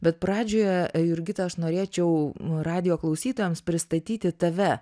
bet pradžioje jurgita aš norėčiau radijo klausytojams pristatyti tave